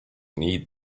need